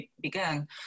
began